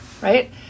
Right